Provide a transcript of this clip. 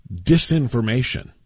disinformation